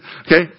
Okay